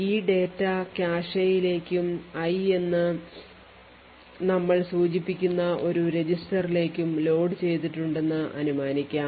ഈ ഡാറ്റ കാഷെയിലേക്കും i എന്ന് നമ്മൾ സൂചിപ്പിക്കുന്ന ഒരു രജിസ്റ്ററിലേക്കും ലോഡുചെയ്തിട്ടുണ്ടെന്ന് അനുമാനിക്കാം